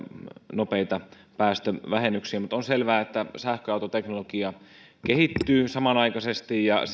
nopeita päästövähennyksiä mutta on selvää että sähköautoteknologia kehittyy samanaikaisesti ja